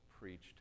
preached